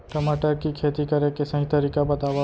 टमाटर की खेती करे के सही तरीका बतावा?